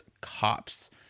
cops